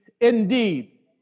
indeed